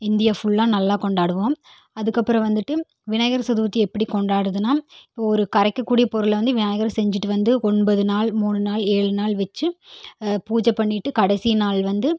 India ஃபுல்லாக நல்லா கொண்டாடுவோம் அதுக்கப்புறம் வந்துட்டு விநாயகர் சதுர்த்தி எப்படி கொண்டாடுறதுனால் இப்போது ஒரு கரைக்கக் கூடிய பொருளை வந்து விநாயகர் செஞ்சுட்டு வந்து ஒன்பது நாள் மூணு நாள் ஏழு நாள் வைச்சு பூஜை பண்ணிவிட்டு கடைசி நாள் வந்து